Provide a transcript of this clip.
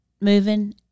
moving